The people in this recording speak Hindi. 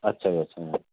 अच्छा अच्छा अच्छा